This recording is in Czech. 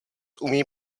umí